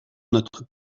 notre